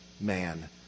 man